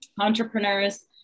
entrepreneurs